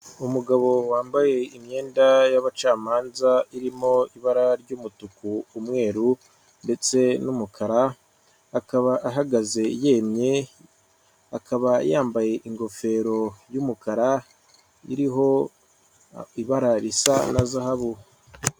Umugabo wambaye imyenda y'abacamanza irimo ibara ry'umutuku, umweru, ndetse n'umukara, akaba ahagaze yemye, akaba yambaye ingofero y'umukara, iriho ibara risa na zahabu.